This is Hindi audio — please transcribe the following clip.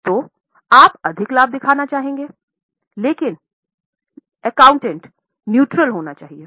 तो आप अधिक लाभ दिखाना चाहेंगे लेकिन लेखाकार तटस्थ होना चाहिए